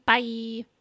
Bye